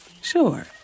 Sure